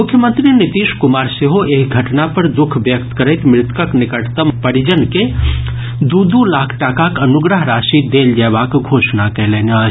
मुख्यमंत्री नीतीश कुमार सेहो एहि घटना पर दुख व्यक्त करैत मृतकक निकटतम परिजन लोकनि के दू दू लाख टाकाक अनुग्रह राशि देल जयबाक घोषणा कयलनि अछि